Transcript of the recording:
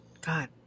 God